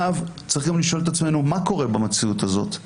צריך גם לשאול את עצמנו מה קורה במציאות הזאת,